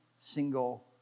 single